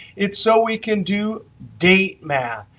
it's so we can do date math.